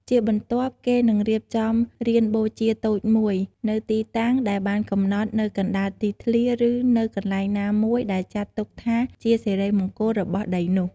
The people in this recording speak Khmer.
ជាបន្ទាប់គេនឹងរៀបចំ រានបូជាតូចមួយ នៅទីតាំងដែលបានកំណត់នៅកណ្ដាលទីធ្លា ឬនៅកន្លែងណាមួយដែលចាត់ទុកថាជាសិរីមង្គលរបស់ដីនោះ។